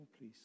please